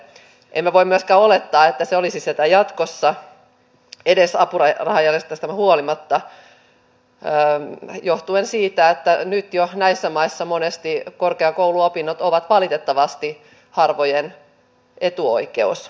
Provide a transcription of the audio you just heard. emme voi myöskään olettaa että se olisi sitä jatkossa edes apurahajärjestelmästä huolimatta johtuen siitä että nyt jo näissä maissa monesti korkeakouluopinnot ovat valitettavasti harvojen etuoikeus